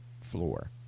floor